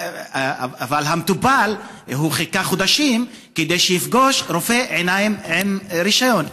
אבל המטופל חיכה חודשים כדי לפגוש רופא עיניים עם רישיון.